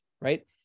right